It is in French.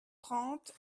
trente